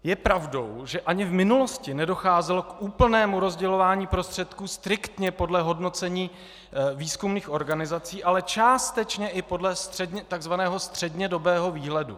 Je pravdou, že ani v minulosti nedocházelo k úplnému rozdělování prostředků striktně podle hodnocení výzkumných organizací, ale částečně podle tzv. střednědobého výhledu.